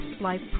life